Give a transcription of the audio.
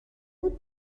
بود